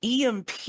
EMP